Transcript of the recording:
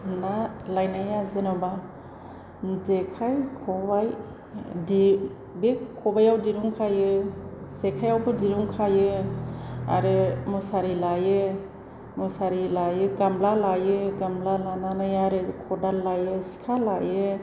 ना लायनाया जेन'बा जेखाय खबाइ बे खबाइआव दिरुं खायो जेखायावबो दिरुं खायो आरो मुसारि लायो मुसारि लायो गामला लायो गामला लानानै आरो खदाल लायो सिखा लायो